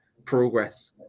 progress